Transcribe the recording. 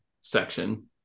section